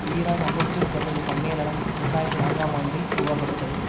Iran amateur kabaddi சம்மேளனம் இரண்டாயிரத்தி நான்காம் ஆண்டில் உருவாக்கப்பட்டது